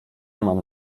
mam